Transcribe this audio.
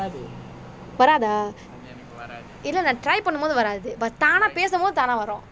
வராதா இல்லை நான்:varaathaa illai naan try பண்ணும் போது வராது:pannu pothu varaathu but தானா பேசும் பொது தானா வரும்:thanaa pesum pothu thanaa varum